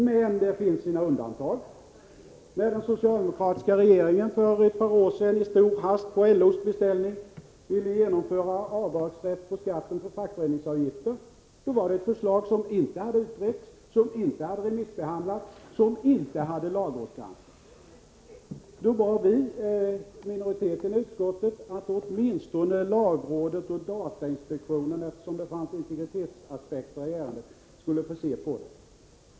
Men det finns undantag. När den socialdemokratiska regeringen för ett par år sedan i stor hast på LO:s beställning ville genomföra rätt till avdrag på skatten för fackföreningsavgifter, var det ett förslag som inte hade utretts, som inte hade remissbehandlats och som inte hade lagrådsgranskats. Då bad vi som utgjorde minoriteten i utskottet att åtminstone lagrådet och datainspektionen, eftersom det fanns integritetsaspekter i ärendet, skulle få se på det.